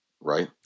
right